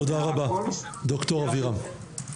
תודה רבה ד"ר אבירם.